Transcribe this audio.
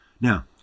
Now